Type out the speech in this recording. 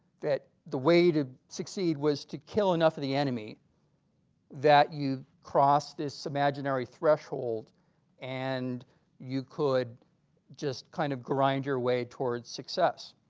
that the way to succeed was to kill enough of the enemy that you crossed this imaginary threshold and you could just kind of grind your way towards success.